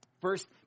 First